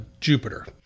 Jupiter